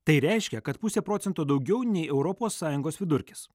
tai reiškia kad puse procento daugiau nei europos sąjungos vidurkis